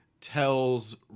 tells